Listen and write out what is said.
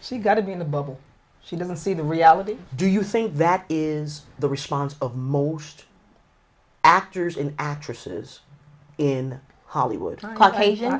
so you got to be in the bubble she doesn't see the reality do you think that is the response of most actors and actresses in hollywood caucasian